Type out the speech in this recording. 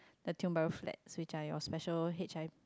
the Tiong-Bahru flat which I was special H_I